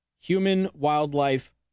Human-wildlife